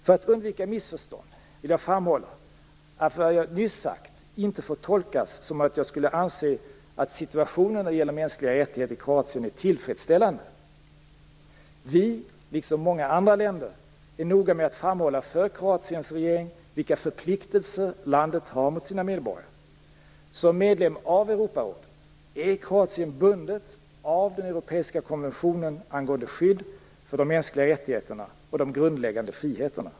För att undvika missförstånd vill jag framhålla att vad jag nyss sagt inte får tolkas som att jag skulle anse att situationen när det gäller mänskliga rättigheter i Kroatien är tillfredsställande. Vi liksom många andra länder är noga med att framhålla för Kroatiens regering vilka förpliktelser landet har mot sina medborgare. Som medlem av Europarådet är Kroatien bundet av den europeiska konventionen angående skydd för de mänskliga rättigheterna och de grundläggande friheterna.